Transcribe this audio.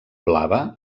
blava